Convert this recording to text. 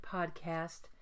Podcast